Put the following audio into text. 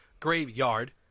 graveyard